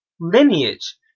lineage